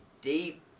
deep